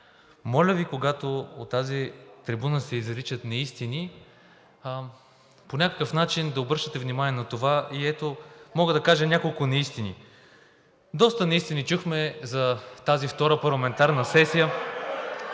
Моля Ви, когато от тази трибуна се изричат неистини, по някакъв начин да обръщате внимание на това. И ето, мога да кажа няколко неистини. Доста неистини чухме за тази втора парламентарна сесия.